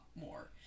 more